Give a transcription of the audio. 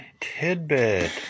tidbit